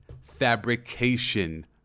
Fabrication